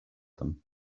them